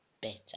better